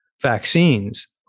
vaccines